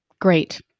great